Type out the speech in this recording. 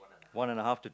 one and a half to two